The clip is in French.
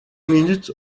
minutes